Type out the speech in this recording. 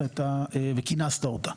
את הבקשה לכינוס הוועדה וכינסת אותה.